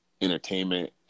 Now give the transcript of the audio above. entertainment